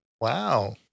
Wow